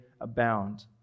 abound